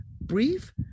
brief